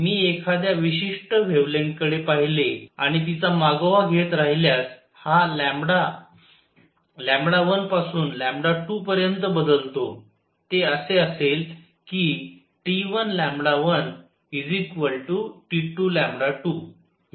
मी एखाद्या विशिष्ट वेव्हलेंग्थ कडे पाहिले आणि तिचा मागोवा घेत राहिल्यास हा लॅम्बडा 1 पासून 2 पर्यंत बदलतो ते असे असेल की T1 1 T2 2